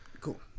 cool